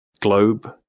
Globe